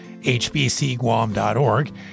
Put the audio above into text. hbcguam.org